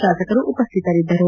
ಶಾಸಕರು ಉಪಸ್ಥಿತರಿದ್ದರು